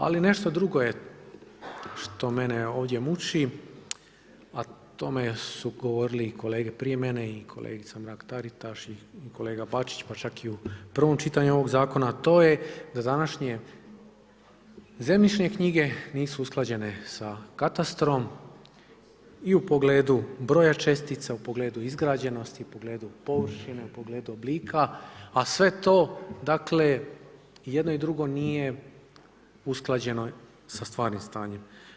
Ali nešto drugo je što mene ovdje muči, a o tome su govorili i kolege prije mene i kolegica Mrak-Taritaš i kolega Bačić, pa čak i u prvom čitanju ovog zakona, a to je da današnje zemljišne knjige nisu usklađene sa katastrom i u pogledu broja čestica, u pogledu izgrađenosti, u pogledu površine, u pogledu oblika a sve to dakle jedno i drugo nije usklađeno sa stvarnim stanjem.